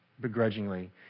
begrudgingly